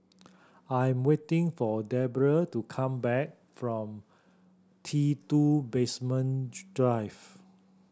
I am waiting for Deborah to come back from T Two Basement Drive